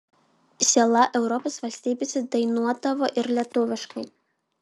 siela europos valstybėse dainuodavo ir lietuviškai